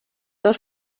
dos